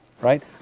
right